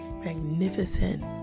magnificent